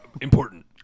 Important